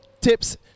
tips